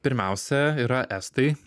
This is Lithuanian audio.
pirmiausia yra estai